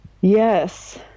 yes